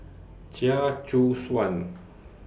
Chia Choo Suan